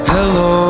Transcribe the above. Hello